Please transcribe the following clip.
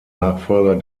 nachfolger